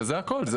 וזה הכל.